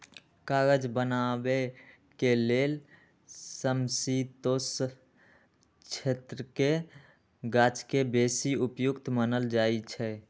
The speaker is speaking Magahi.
कागज बनाबे के लेल समशीतोष्ण क्षेत्रके गाछके बेशी उपयुक्त मानल जाइ छइ